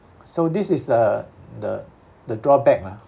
so this is the the the drawback lah